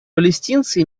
палестинцы